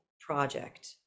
project